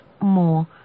more